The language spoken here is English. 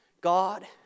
God